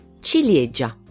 Ciliegia